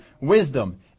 Wisdom